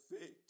faith